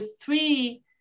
three